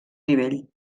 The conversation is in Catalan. nivell